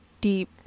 deep